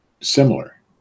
similar